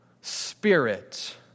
spirit